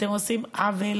אתם עושים עוול